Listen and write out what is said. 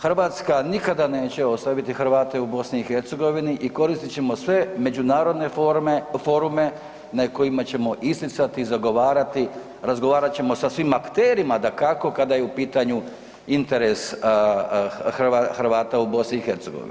Hrvatska nikada neće ostaviti Hrvate u BiH-u i koristit ćemo sve međunarodne forme, forume na kojima ćemo isticati, zagovarati, razgovarati ćemo sa svim akterima dakako kada je u pitanju interes Hrvata u BiH.